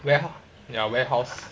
wareho~ ya warehouse